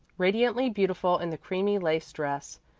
radiantly beautiful in the creamy lace dress,